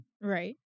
right